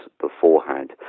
beforehand